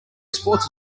sports